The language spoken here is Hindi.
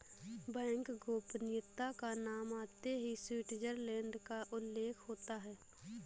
बैंक गोपनीयता का नाम आते ही स्विटजरलैण्ड का उल्लेख होता हैं